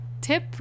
tip